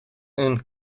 een